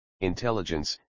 Intelligence